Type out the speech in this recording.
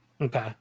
Okay